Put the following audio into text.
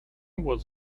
was